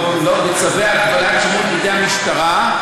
בצווי ההגבלה שיש בידי המשטרה,